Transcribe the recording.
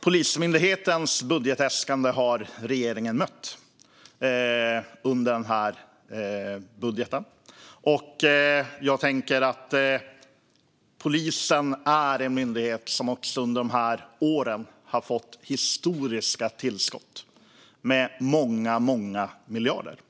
Polismyndighetens budgetäskande har regeringen mött i den här budgeten. Polisen är en myndighet som har fått historiska tillskott med många miljarder under de här åren.